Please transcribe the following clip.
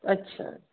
अच्छा